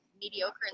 mediocre